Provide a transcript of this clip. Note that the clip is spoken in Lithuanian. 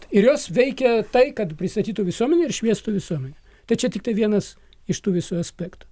ir jos veikia tai kad pristatytų visuomenei ir šviestų visuomenę tai čia tiktai vienas iš tų visų aspektų